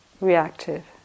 reactive